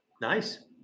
nice